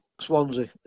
Swansea